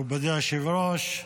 מכובדי היושב-ראש,